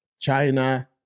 China